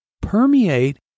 permeate